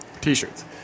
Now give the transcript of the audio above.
t-shirts